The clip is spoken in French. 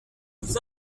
vous